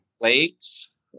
lakes